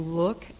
look